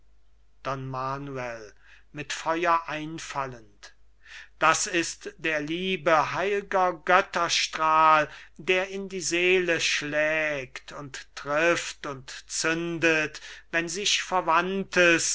don manuel mit feuer einfallend das ist der liebe heil'ger götterstrahl der in die seele schlägt und trifft und zündet wenn sich